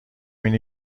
اینه